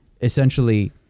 essentially